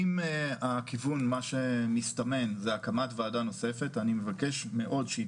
אם הכיוון שמסתמן זה הקמת ועדה נוספת אני מבקש מאוד שהיא